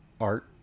art